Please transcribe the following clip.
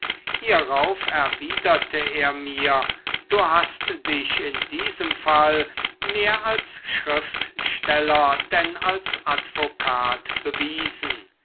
hierauf erwiderte er mir du hast dich in diesem fall mehr als schriftsteller denn als advokat bewiesen